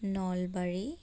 Nalbari